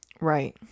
Right